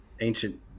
ancient